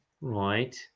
Right